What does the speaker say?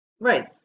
Right